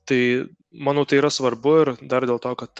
tai manau tai yra svarbu ir dar dėl to kad